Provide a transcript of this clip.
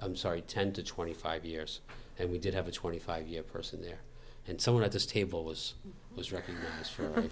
i'm sorry ten to twenty five years and we did have a twenty five year person there and someone at this table was his reco